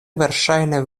verŝajne